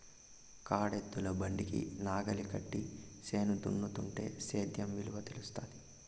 కాడెద్దుల బండికి నాగలి కట్టి చేను దున్నుతుంటే సేద్యం విలువ తెలుస్తాది